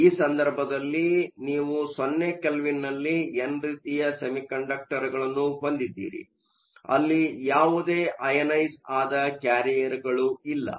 ಈ ಸಂದರ್ಭದಲ್ಲಿ ನೀವು 0 ಕೆಲ್ವಿನ್ನಲ್ಲಿ ಎನ್ ರೀತಿಯ ಸೆಮಿಕಂಡಕ್ಟರ್ಗಳನ್ನು ಹೊಂದಿದ್ದೀರಿ ಅಲ್ಲಿ ಯಾವುದೇ ಅಯನೈಸ಼್ಆದ ಕ್ಯಾರಿಯರ್ಗಳು ಇಲ್ಲ